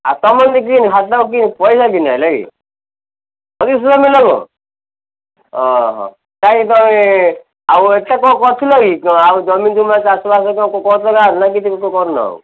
ଆଉ ତୁମେ ନିଜେ ହେଲା କି ଓହଃ କାଇଁ ତୁମେ ଆଉ ଏଇଟା କ'ଣ କରୁଥିଲ କି ଆଉ ଜମି ଜୁମା ଚାଷ ବାସ ତୁମେ କରୁଥିଲ ନା କିଛି କରୁନ ଆଉ